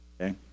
Okay